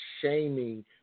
shaming